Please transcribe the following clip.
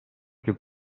più